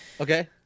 Okay